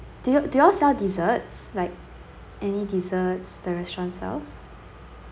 do you do you all serve desserts like any desserts the restaurant serve